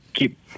keep